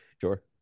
sure